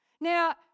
Now